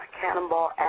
Cannonball